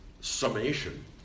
summation